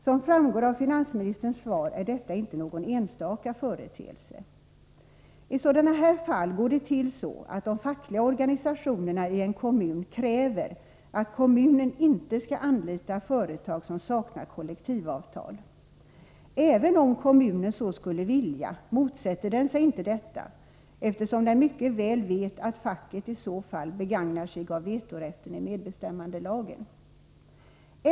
Som framgår av finansministerns svar är detta inte någon enstaka företeelse. I sådana här fall går det till så att de fackliga organisationerna i en kommun kräver att kommunen inte skall anlita företag som saknar kollektivavtal. Även om kommunen så skulle vilja, motsätter man sig inte detta, eftersom man mycket väl vet att facket i så fall begagnar sig av vetorätten i medbestämmandelagen.